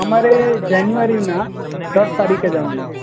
અમારે જાન્યુઆરીના દસ તારીખે જવાનું છે